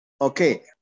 Okay